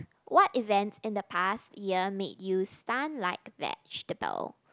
what event in the past year made you stunned like vegetable